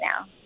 now